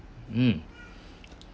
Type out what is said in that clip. mm